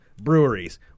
breweries